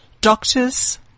Doctors